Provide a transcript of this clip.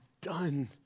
done